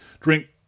drink